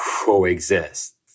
coexist